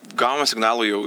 gavome signalų jau